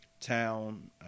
town